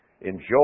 enjoy